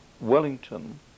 Wellington